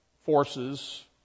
forces